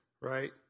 Right